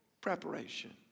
preparation